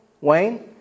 Wayne